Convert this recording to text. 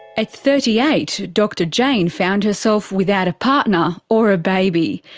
at thirty eight, dr jane found herself without a partner or a baby.